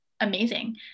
amazing